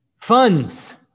funds